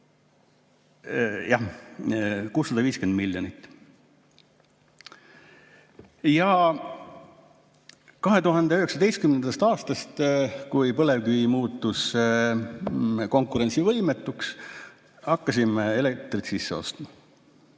650 miljonit. 2019. aastast, kui põlevkivi muutus konkurentsivõimetuks, hakkasime elektrit sisse ostma.